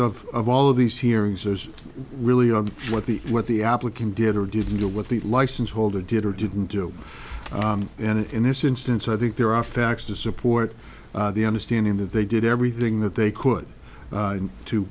of of all of these hearings is really on what the what the applicant did or didn't do what the license holder did or didn't do and in this instance i think there are facts to support the understanding that they did everything that they could to to